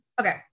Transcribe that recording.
Okay